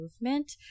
movement